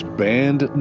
banned